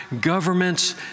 governments